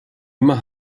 immer